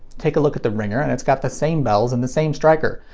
take a look at the ringer, and it's got the same bells and the same striker,